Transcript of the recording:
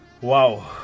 Wow